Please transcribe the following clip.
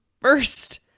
First